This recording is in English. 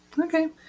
Okay